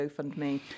GoFundMe